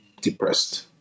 depressed